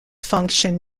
function